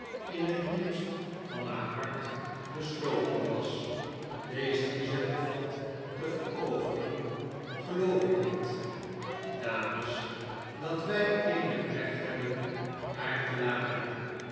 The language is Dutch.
in t diepst van haar hart besloten was dezen gezetten fat te veroveren geloof ik niet dames dat wij eenig recht hebben haar te laken